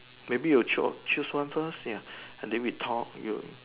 maybe you choose choose one first ya and then we talk you